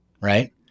Right